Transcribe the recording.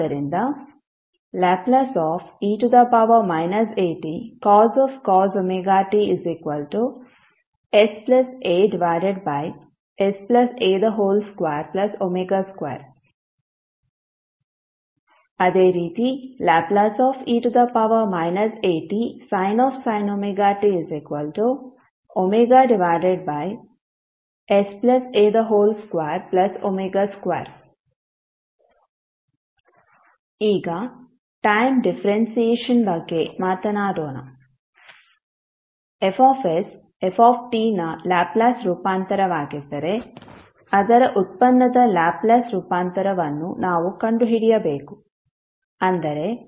ಆದ್ದರಿಂದ Le atcos wt sasa2w2 Le atsin wt wsa2w2 ಈಗ time differentiation ಬಗ್ಗೆ ಮಾತನಾಡೋಣ F f ನ ಲ್ಯಾಪ್ಲೇಸ್ ರೂಪಾಂತರವಾಗಿದ್ದರೆ ಅದರ ಉತ್ಪನ್ನದ ಲ್ಯಾಪ್ಲೇಸ್ ರೂಪಾಂತರವನ್ನು ನಾವು ಕಂಡುಹಿಡಿಯಬೇಕು ಅಂದರೆ Ldfdt